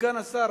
סגן השר,